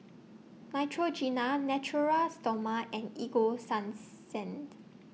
Neutrogena Natura Stoma and Ego Sunsense